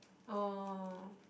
oh